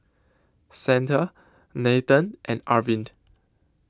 Santha Nathan and Arvind